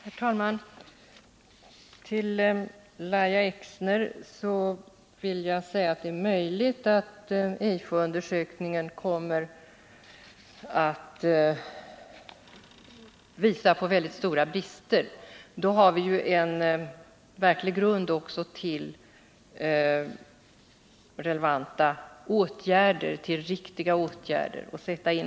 Herr talman! Till Lahja Exner vill jag säga att det är möjligt att EIFO-undersökningen kommer att visa på mycket stora brister. Då kommer vi också att ha en verklig grund för att sätta in relevanta och riktiga åtgärder.